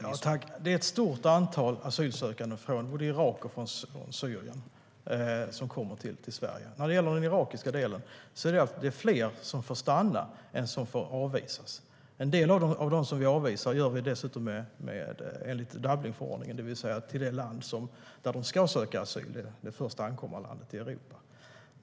Herr talman! Det är ett stort antal asylsökande från både Irak och Syrien som kommer till Sverige. När det gäller den irakiska delen är det fler som får stanna än som avvisas. En del av dem vi avvisar avvisas dessutom enligt Dublinförordningen, det vill säga till det land där de ska söka asyl - det första ankomstlandet i Europa.